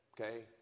okay